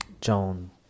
John